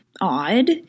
odd